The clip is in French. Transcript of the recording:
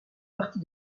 partie